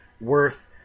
worth